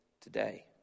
today